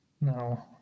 No